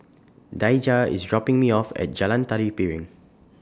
Daija IS dropping Me off At Jalan Tari Piring